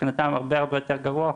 הרבה-הרבה יותר גבוה,